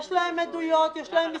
יש להם עדויות, יש להם מסמכים,